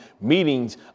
meetings